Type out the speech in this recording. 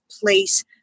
place